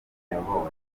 riyobowe